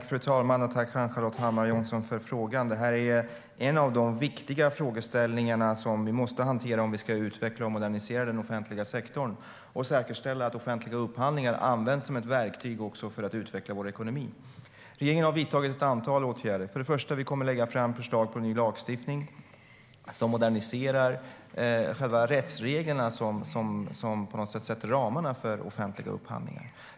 Fru talman! Tack, Ann-Charlotte Hammar Johnsson, för frågan! Det här är en av de viktiga frågorna som vi måste hantera om vi ska utveckla och modernisera den offentliga sektorn och säkerställa att offentliga upphandlingar används som ett verktyg också för att utveckla Sveriges ekonomi. Regeringen har vidtagit ett antal åtgärder. För det första kommer regeringen att lägga fram förslag på ny lagstiftning som moderniserar själva rättsreglerna som på något sätt sätter ramarna för offentliga upphandlingar.